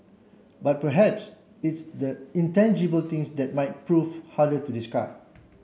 but perhaps it's the intangible things that might prove harder to discard